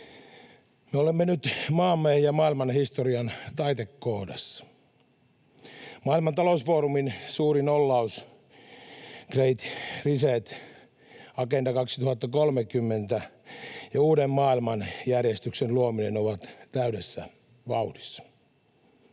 Me olemme nyt maamme ja maailman historian taitekohdassa. Maailman talousfoorumin suuri nollaus, great reset, Agenda 2030 ja uuden maailmanjärjestyksen luominen ovat täydessä vauhdissa.